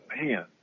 man